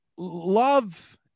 love